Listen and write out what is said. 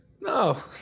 No